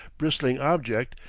bristling object,